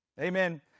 Amen